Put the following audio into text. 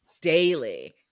daily